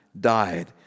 died